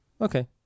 Okay